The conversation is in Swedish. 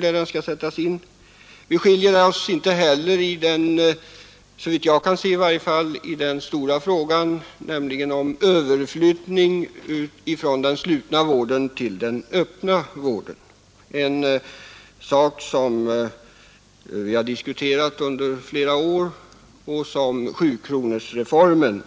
Våra uppfattningar skiljer sig inte heller, i varje fall såvitt jag kan se, i den stora frågan om överflyttningen från den slutna vården till den öppna vården, ett spörsmål som vi har diskuterat under flera år. Sjukronorsreformen